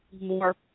more